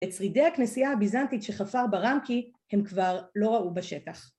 את שרידי הכנסייה הביזנטית שחפר בראמכי הם כבר לא ראו בשטח.